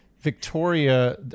Victoria